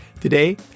Today